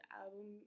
album